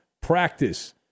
practice